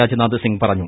രാജ്നാഥ് സിംഗ് പറഞ്ഞു